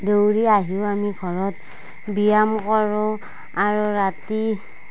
দৌৰি আহিও আমি ঘৰত ব্যায়াম কৰোঁ আৰু ৰাতি